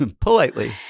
politely